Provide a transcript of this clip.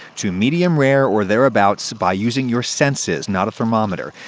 to medium rare or thereabouts, by using your senses, not a thermometer.